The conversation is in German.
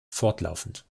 fortlaufend